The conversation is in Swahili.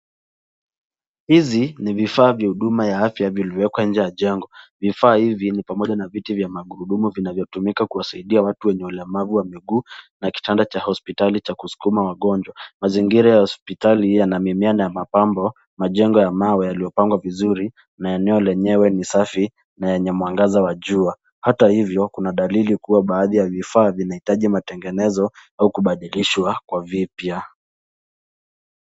Hizi ni vifaa vya huduma ya afya vilivyowekwa nje ya jengo. Vifaa hivi ni pamoja na viti vya magurudumu vinavyotumika kuwasaidia watu wenye ulemavu wa miguu na kitanda cha hospitali cha kusukuma wagonjwa. Mazingira ya hopsitali yana mimea na mapambo, majengo ya mawe yaliyopangwa vizuri na eneo lenyewe ni safi na yenye mwangaza wa jua. Hata hivyo kuna dalili kuwa baadhi ya vifaa vinahitaji matengenezo au kubadilishwa kuwa vipya.